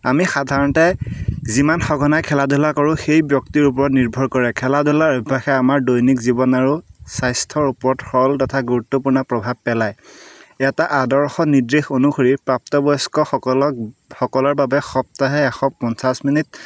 আমি সাধাৰণতে যিমান সঘনাই খেলা ধূলা কৰো সেই ব্যক্তিৰ ওপৰত নিৰ্ভৰ কৰে খেলা ধূলাৰ অভ্যাসে আমাৰ দৈনিক জীৱন আৰু স্বাস্থ্যৰ ওপৰত সৰল তথা গুৰুত্বপূৰ্ণ প্ৰভাৱ পেলায় এটা আদৰ্শ নিৰ্দেশ অনুসৰি প্ৰাপ্তবয়ষ্কসকলক সকলৰ বাবে সপ্তাহে এশ পঞ্চাছ মিনিট